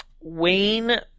Wayne